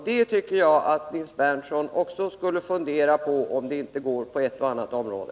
Jag tycker att också Nils Berndtson skulle fundera över om det inte går att göra detta på ett och annat område.